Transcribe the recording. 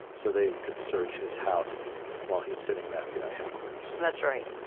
so they could search his house while he's sitting in ah fbi headquarters. and that's right.